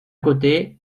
côté